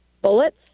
Bullets